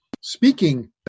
speaking